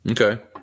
Okay